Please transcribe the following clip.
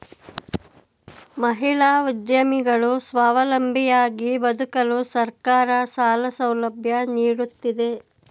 ಮಹಿಳಾ ಉದ್ಯಮಿಗಳು ಸ್ವಾವಲಂಬಿಯಾಗಿ ಬದುಕಲು ಸರ್ಕಾರ ಸಾಲ ಸೌಲಭ್ಯ ನೀಡುತ್ತಿದೆ